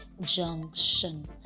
Junction